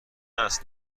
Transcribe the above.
است